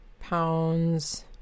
pounds